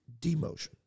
demotion